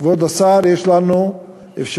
כבוד השר, יש לנו אפשרות